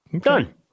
Done